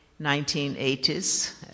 1980s